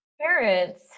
Parents